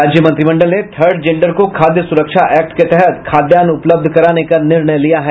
राज्य मंत्रिमंडल ने थर्ड जेंडर को खाद्य सुरक्षा एक्ट के तहत खाद्यान्न उपलब्ध कराने का निर्णय लिया गया